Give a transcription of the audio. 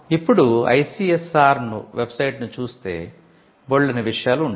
ఇప్పుడు ICSR website చూస్తే బోల్డన్ని విషయాలు ఉంటాయి